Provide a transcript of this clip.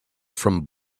from